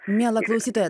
miela klausytoja